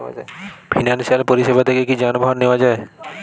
Financial পরিসেবা থেকে কি যানবাহন নেওয়া যায়?